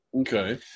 Okay